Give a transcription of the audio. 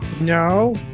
No